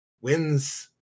wins